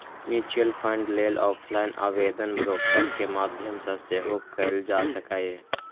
mutual fund लेल offline आवेदन broker के माध्यम सं सेहो कैल जा सकैए